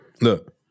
Look